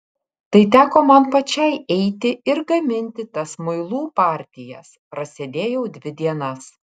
tai teko man pačiai eiti ir gaminti tas muilų partijas prasėdėjau dvi dienas